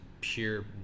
pure